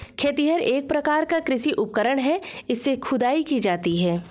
खेतिहर एक प्रकार का कृषि उपकरण है इससे खुदाई की जाती है